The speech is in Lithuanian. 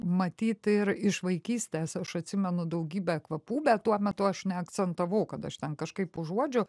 matyt ir iš vaikystės aš atsimenu daugybę kvapų bet tuo metu aš neakcentavau kad aš ten kažkaip užuodžiu